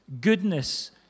goodness